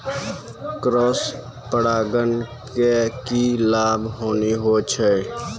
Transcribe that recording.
Cross परागण के की लाभ, हानि होय छै?